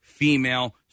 female